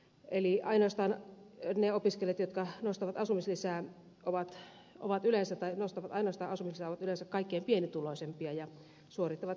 eli ne opiskelijat jotka nostavat ainoastaan asumislisää ovat yleensä taidosta tai nostaa sen saavat yleensä kaikkein pienituloisimpia ja suorittavat eniten opintoja